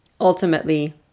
ultimately